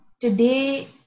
today